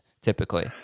typically